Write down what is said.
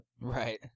Right